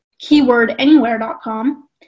keywordanywhere.com